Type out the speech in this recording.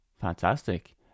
Fantastic